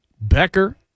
Becker